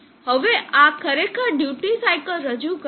હવે આ ખરેખર ડ્યુટી સાઇકલ રજૂ કરે છે